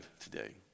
today